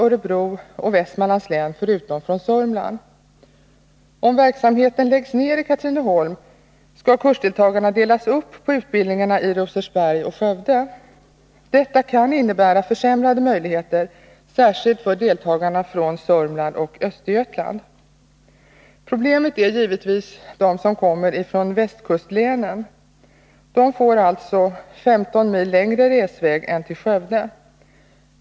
Örebro och Västmanlands län förutom från Sörmland. Om verksamheten läggs ned i Katrineholm skall kursdeltagarna delas upp på utbildningarna i Rosersberg och Skövde. Detta kan innebära försämrade möjligheter, särskilt för deltagarna från Sörmland och Östergötland. Problemet gäller givetvis de deltagare som kommer från västkustlänen. De får alltså 15 mil längre resväg än till Skövde.